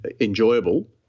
enjoyable